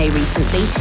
recently